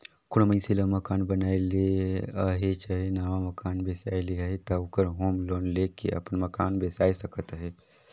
कोनो मइनसे ल मकान बनाए ले अहे चहे नावा मकान बेसाए ले अहे ता ओहर होम लोन लेके अपन मकान बेसाए सकत अहे